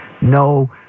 no